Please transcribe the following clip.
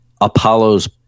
Apollo's